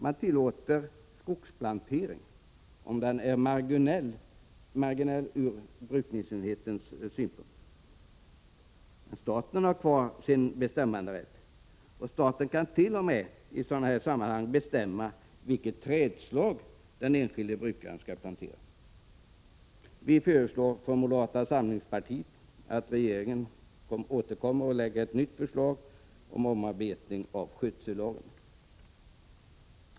Man tillåter skogsplantering om denna är marginell från brukningsenhetens synpunkt. Men staten har kvar sin bestämmanderätt. Staten kan t.o.m. i sådana sammanhang bestämma vilket trädslag den enskilde brukaren skall plantera. Moderata samlingspartiet föreslår att regeringen skall återkomma med ett nytt förslag till en omarbetad skötsellag.